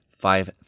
five